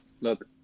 Look